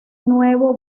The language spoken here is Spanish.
nuevo